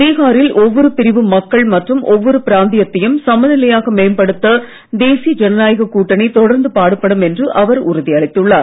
பீகாரில் ஒவ்வொரு பிரிவு மக்கள் மற்றும் ஒவ்வொரு பிராந்தியத்தையும் சமநிலையாக மேம்படுத்த தேசிய ஜனநாயக கூட்டணி தொடர்ந்து பாடுபடும் என்று அவர் உறுதி அளித்துள்ளார்